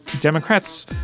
Democrats